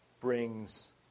brings